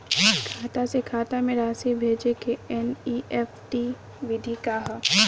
खाता से खाता में राशि भेजे के एन.ई.एफ.टी विधि का ह?